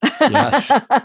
Yes